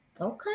Okay